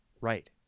Right